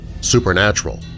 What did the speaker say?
supernatural